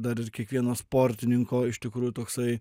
dar ir kiekvieno sportininko iš tikrųjų toksai